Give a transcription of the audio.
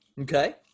Okay